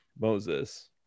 moses